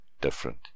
different